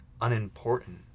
unimportant